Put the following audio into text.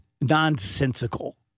nonsensical